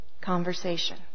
conversation